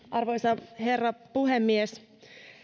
arvoisa herra puhemies